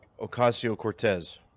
Ocasio-Cortez